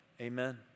Amen